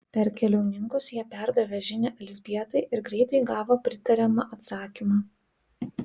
per keliauninkus jie perdavė žinią elzbietai ir greitai gavo pritariamą atsakymą